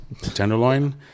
tenderloin